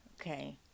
Okay